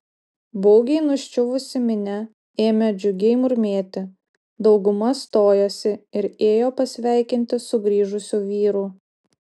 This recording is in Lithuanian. baugiai nuščiuvusi minia ėmė džiugiai murmėti dauguma stojosi ir ėjo pasveikinti sugrįžusių vyrų